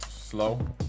Slow